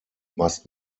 must